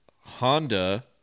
Honda